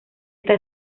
está